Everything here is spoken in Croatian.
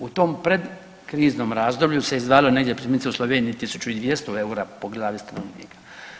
U tom predkriznom razdoblju se izdvajalo primjerice u Sloveniji 1.200 EUR-a po glavi stanovnika.